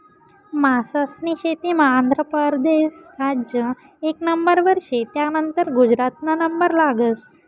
मासास्नी शेतीमा आंध्र परदेस राज्य एक नंबरवर शे, त्यानंतर गुजरातना नंबर लागस